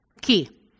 Key